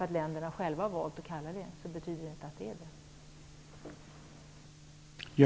Att länderna har valt att kalla sig lyckosamma, betyder inte att det är så.